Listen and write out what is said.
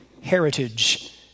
heritage